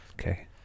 Okay